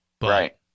Right